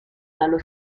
dallo